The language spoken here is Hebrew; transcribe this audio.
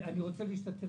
אני רוצה להשתתף